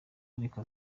ariko